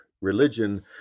religion